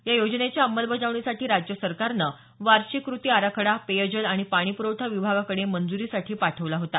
या योजनेच्या अंमलबजावणीसाठी राज्य सरकारनं वार्षिक कृती आराखडा पेयजल आणि पाणीप्रवठा विभागाकडे मंजुरीसाठी पाठवला होता